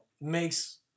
makes